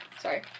Sorry